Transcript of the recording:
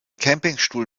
campingstuhl